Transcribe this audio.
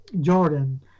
Jordan